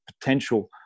potential